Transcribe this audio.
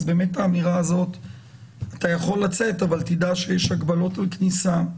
אז באמת האמירה הזאת - אתה יכול לצאת אבל תדע שיש הגבלות בכניסה.